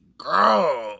Girl